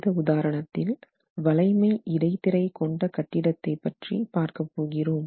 இந்த உதாரணத்தில் வளைமை இடைத்திரை கொண்ட கட்டிடத்தை பற்றி பார்க்கப் போகிறோம்